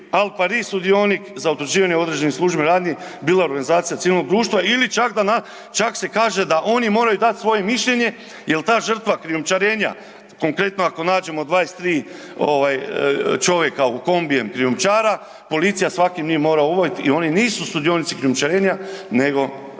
alpari sudionik za odrađivanje određenih službenih radnji bila organizacija civilnog društva ili čak da na, čak se kaže da oni moraju dat svoje mišljenje jel ta žrtva krijumčarenja, konkretno ako nađemo 23 ovaj čovjeka u kombiju krijumčara policija svaki od njih mora obavit i oni nisu sudionici krijumčarenja nego